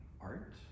art